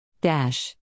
Dash